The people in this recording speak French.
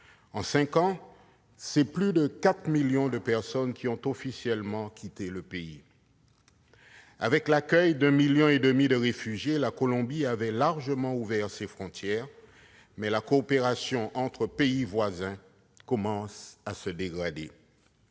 En cinq ans, plus de 4 millions de personnes ont officiellement quitté le pays. En accueillant 1,5 million de réfugiés, la Colombie a largement ouvert ses frontières, mais la coopération entre pays voisins commence à se dégrader.